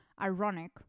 ironic